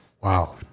Wow